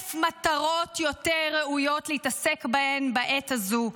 אלף מטרות יותר ראויות להתעסק בהן בעת הזאת,